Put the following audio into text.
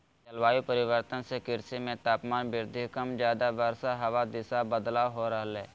जलवायु परिवर्तन से कृषि मे तापमान वृद्धि कम ज्यादा वर्षा हवा दिशा बदलाव हो रहले